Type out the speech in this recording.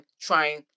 trying